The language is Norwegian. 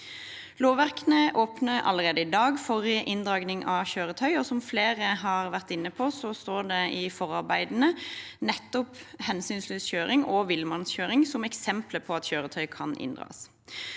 Lovverket åpner allerede i dag for inndragning av kjøretøy. Som flere har vært inne på, står det i forarbeidene til straffeloven § 69 nettopp «hensynsløs kjøring» og «villmannskjøring» som eksempler på at kjøretøy kan inndras.